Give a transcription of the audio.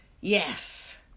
Yes